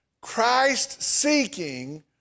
Christ-seeking